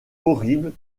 horribles